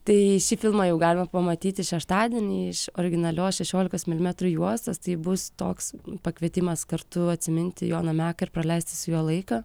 tai šį filmą jau galima pamatyti šeštadienį iš originalios šešiolikos milimetrų juostos tai bus toks pakvietimas kartu atsiminti joną meką ir praleisti su juo laiką